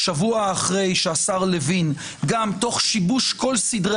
שבוע אחרי שהשר לוין גם תוך שיבוש כל סדרי